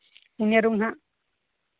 ᱯᱳᱱᱭᱟ ᱨᱩᱢ ᱦᱟᱸᱜ